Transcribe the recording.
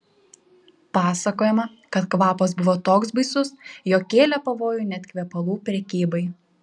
pasakojama kad kvapas buvo toks baisus jog kėlė pavojų net kvepalų prekybai